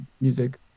music